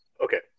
Okay